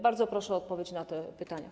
Bardzo proszę o odpowiedź na te pytania.